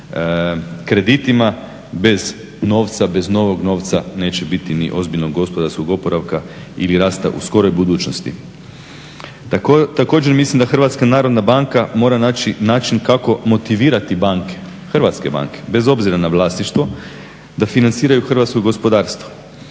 kreditima bez novca, bez novog novac neće biti ni ozbiljnog gospodarskog oporavka ili rasta u skoroj budućnosti. Također, mislim da HNB mora naći način kako motivirati banke, hrvatske banke bez obzira na vlasništvo, da financiraju hrvatsko gospodarstvo.